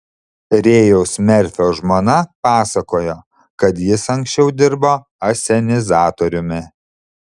rėjaus merfio žmona pasakojo kad jis anksčiau dirbo asenizatoriumi